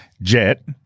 Jet